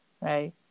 right